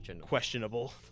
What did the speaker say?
questionable